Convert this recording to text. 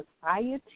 society